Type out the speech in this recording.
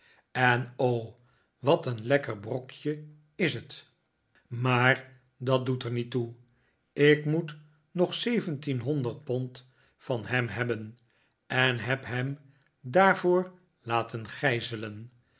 en o wat een lekker brokje is het maar dat doet er niet toe ik moet nog zeventienhonderd pond van hem hebben en heb hem daarvoor laten gijzelen